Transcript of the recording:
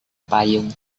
payung